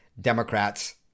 Democrats